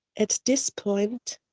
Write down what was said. at this point,